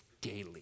daily